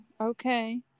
Okay